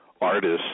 artists